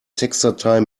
textdatei